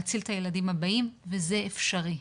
להציל את הילדים הבאים וזה אפשרי.